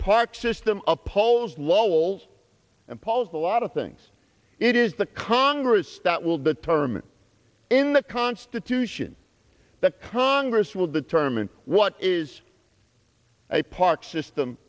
park system of paul's lowell's and paul's a lot of things it is the congress that will determine in the constitution that congress will determine what is a park system